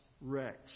wrecks